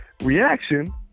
reaction